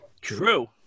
True